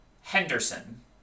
Henderson